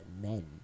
men